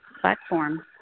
platform